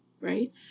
right